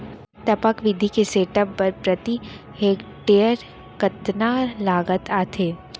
टपक विधि के सेटअप बर प्रति हेक्टेयर कतना लागत आथे?